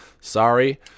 sorry